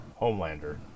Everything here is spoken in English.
Homelander